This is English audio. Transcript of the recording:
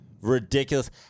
ridiculous